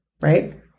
Right